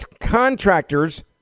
contractors